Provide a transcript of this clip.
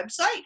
website